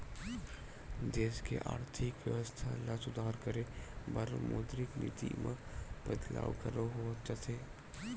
देस के आरथिक बेवस्था ल सुधार करे बर मौद्रिक नीति म बदलाव घलो होवत जाथे